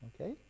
Okay